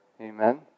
Amen